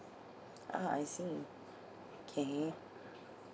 ah I see okay